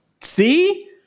See